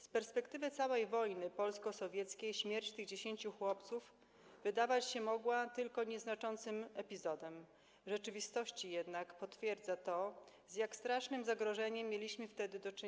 Z perspektywy wojny polsko-sowieckiej śmierć tych 10 chłopców wydawać się mogła tylko nieznaczącym epizodem, w rzeczywistości jednak potwierdza to, z jak strasznym zagrożeniem mieliśmy wtedy do